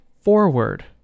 forward